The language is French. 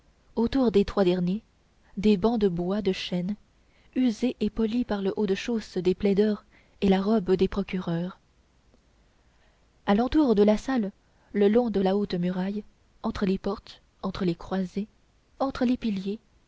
autour des trois derniers des bancs de bois de chêne usés et polis par le haut-de-chausses des plaideurs et la robe des procureurs à l'entour de la salle le long de la haute muraille entre les portes entre les croisées entre les piliers